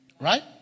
right